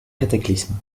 cataclysme